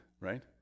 right